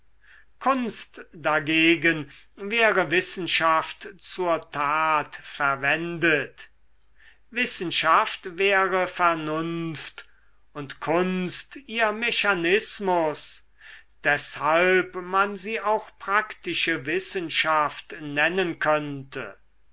kunst dagegen wäre wissenschaft zur tat verwendet wissenschaft wäre vernunft und kunst ihr mechanismus deshalb man sie auch praktische wissenschaft nennen könnte